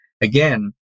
again